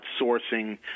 outsourcing